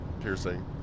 piercing